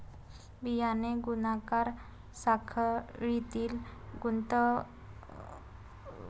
बियाणे गुणाकार साखळीतील गुणवत्तेच्या हमीसाठी पुरेसे संरक्षण प्रदान करते